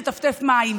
יש לטפטף מים,